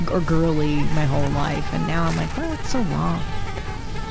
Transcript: or girly my whole life. and now i'm like, well, what's so wrong with that?